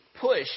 push